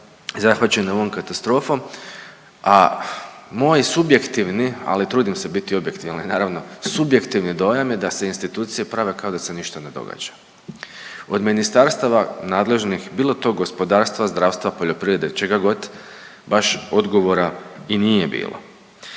zahvaćene ovom katastrofom, a moj subjektivni ali trudim se biti objektivan jer naravno subjektivni dojam da se institucije prave kao da se ništa ne događa. Od ministarstava nadležnih bilo to gospodarstva, zdravstva, poljoprivrede čega god baš odgovora i nije bilo.